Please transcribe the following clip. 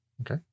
Okay